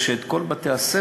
את כל בתי-הספר,